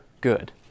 good